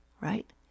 right